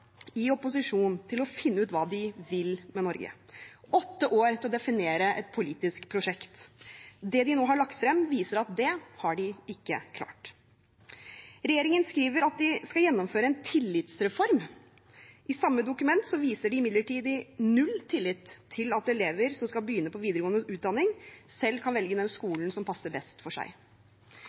i opposisjon til å finne ut hva de vil med Norge, åtte år til å definere et politisk prosjekt. Det de nå har lagt frem, viser at det har de ikke klart. Regjeringen skriver at den skal gjennomføre en tillitsreform. I samme dokument viser den imidlertid null tillit til at elever som skal begynne på videregående utdanning, selv kan velge den skolen som passer best for